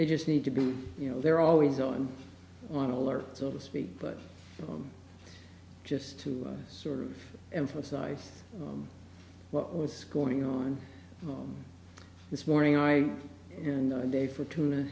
they just need to be you know they're always on on alert so to speak but just to sort of emphasize what was going on this morning i in the day for tuna